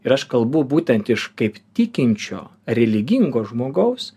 ir aš kalbu būtent iš kaip tikinčio religingo žmogaus